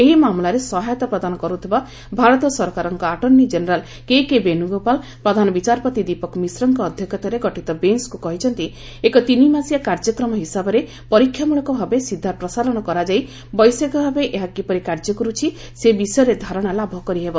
ଏହି ମାମଲାରେ ସହାୟତା ପ୍ରଦାନ କରୁଥିବା ଭାରତ ସରକାରଙ୍କ attorney general K K Venugopal ପ୍ରଧାନ ବିଚାରପତି ଦୀପକ ମିଶ୍ରଙ୍କ ଅଧ୍ୟକ୍ଷତାରେ ଗଠିତ ବେଞ୍ଚକୁ କହିଛନ୍ତି ଏକ ତିନିମାସିଆ କାର୍ଯ୍ୟକ୍ରମ ହିସାବରେ ପରୀକ୍ଷାମ୍ବଳକ ଭାବେ ସିଧା ପ୍ରସାରଣ କରାଯାଇ ବୈଷୟିକ ଭାବେ ଏହା କିପରି କାର୍ଯ୍ୟ କରୁଛି ସେ ବିଷୟରେ ଧାରଣା ଲାଭ କରିହେବ